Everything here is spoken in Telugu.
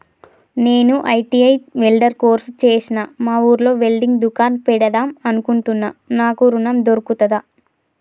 నేను ఐ.టి.ఐ వెల్డర్ కోర్సు చేశ్న మా ఊర్లో వెల్డింగ్ దుకాన్ పెడదాం అనుకుంటున్నా నాకు ఋణం దొర్కుతదా?